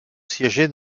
siégeait